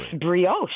brioche